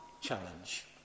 challenge